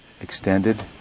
extended